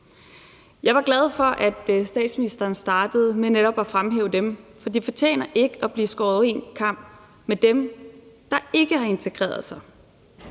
Jeg var glad for, at statsministeren startede med netop at fremhæve dem, for de fortjener ikke at blive skåret over én kam med dem, der ikke har integreret sig.